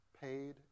paid